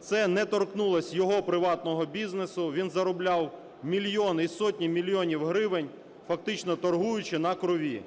це не торкнулось його приватного бізнесу. Він заробляв мільйони і сотні мільйонів гривень, фактично торгуючи на крові.